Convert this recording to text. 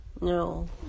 No